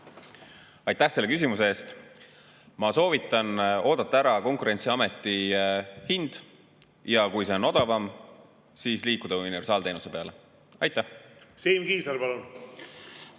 Aitäh selle küsimuse eest! Ma soovitan oodata ära Konkurentsiameti [määratud] hind ja kui see on odavam, siis liikuda universaalteenuse peale. Aitäh